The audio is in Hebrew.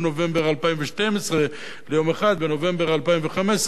1 בנובמבר 2012 ליום 1 בנובמבר 2015,